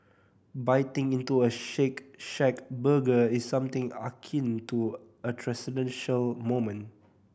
biting into a Shake Shack burger is something akin to a transcendental moment